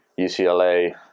UCLA